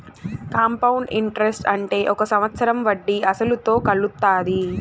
compound interest అంటే ఒక సంవత్సరం వడ్డీ అసలుతో కలుత్తాది